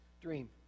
dream